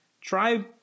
try